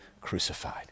crucified